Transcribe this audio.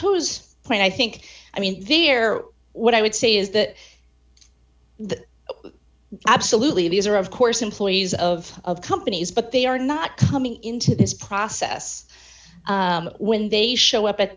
those plane i think i mean there are what i would say is that the absolutely these are of course employees of of companies but they are not coming into this process when they show up at